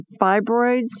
fibroids